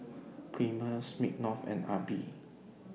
Premier Smirnoff and AIBI